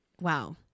wow